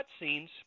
cutscenes